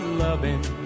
loving